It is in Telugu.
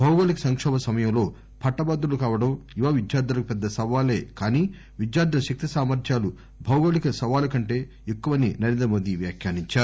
భౌగోళిక సంకోభ సమయంలో పట్టభద్రులు కావడం యువ విద్యార్థులకు పెద్ద సవాలేకానీ విద్యార్థుల శక్తి సామర్థ్యాలు భౌగోళిక సవాలు కంటే ఎక్కువని నరేంద్రమోదీ వ్యాఖ్యానించారు